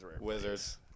Wizards